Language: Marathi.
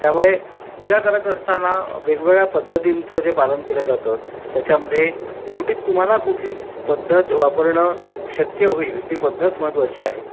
त्यामुळे पूजा करत असताना वेगवेगळ्या पद्धतींचं जे पालन केलं जातं त्याच्यामध्ये शेवटीत तुम्हाला कुठली पद्धत वापरणं शक्य होईल ती पद्धत महत्त्वाची आहे